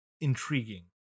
intriguing